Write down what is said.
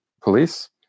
police